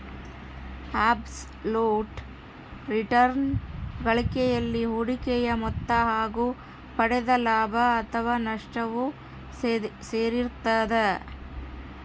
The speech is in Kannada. ಅಬ್ಸ್ ಲುಟ್ ರಿಟರ್ನ್ ಗಳಿಕೆಯಲ್ಲಿ ಹೂಡಿಕೆಯ ಮೊತ್ತ ಹಾಗು ಪಡೆದ ಲಾಭ ಅಥಾವ ನಷ್ಟವು ಸೇರಿರ್ತದ